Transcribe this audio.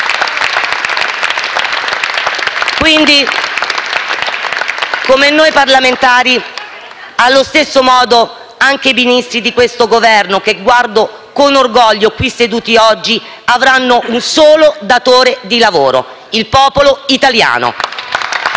Quindi, come noi parlamentari, allo stesso modo anche i Ministri di questo Governo, che guardo con orgoglio qui seduti oggi, avranno un solo datore di lavoro: il popolo italiano.